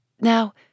Now